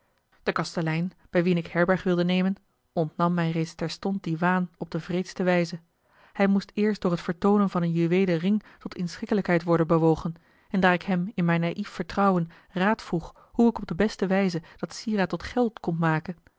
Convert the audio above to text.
de kastelein bij wien ik herberg wilde nemen ontnam mij reeds terstond dien waan op de wreedste wijze hij moest eerst door het vertoonen van een juweelen ring tot inschikkelijkheid worden bewogen en daar ik hem in mijn naïf vertrouwen raad vroeg hoe ik op de beste wijze dat sieraad tot gelde konde maken